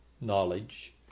knowledge